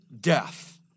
death